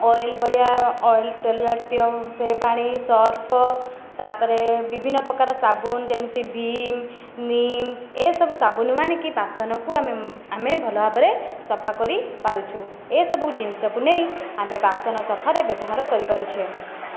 oil ଭଳିଆ oil ତେଲ ଜାତୀୟ ସେ ପାଣି ସର୍ଫ ତାପରେ ବିଭିନ୍ନ ପକାର ସାବୁନ୍ ଯେମିତି ଭିମ୍ ନିମ୍ ଏସବୁ ସାବୁନ ଆଣିକି ବାସନକୁ ଆମେ ଆମେ ଭଲ ଭାବରେ ସଫା କରି ପାରୁଛୁ ଏହି ସବୁ ଜିନିଷକୁ ନେଇ ଆମେ ବାସନ ସଫାରେ ବ୍ୟବହାର କରି ପାରୁଛେ